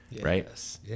right